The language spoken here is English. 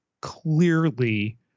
clearly